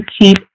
keep